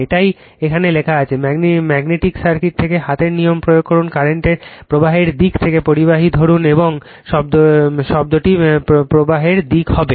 এটাই এখানে লেখা হয়েছে ম্যাগনেটিক সার্কিট থেকে হাতের নিয়ম প্রয়োগ করুন কারেন্টের প্রবাহের দিক থেকে পরিবাহী ধরুন এবং শব্দটি প্রবাহের দিক হবে